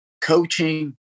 coaching